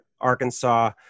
Arkansas